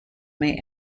may